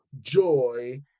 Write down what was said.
joy